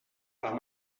par